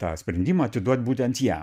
tą sprendimą atiduot būtent jam